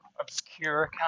Obscure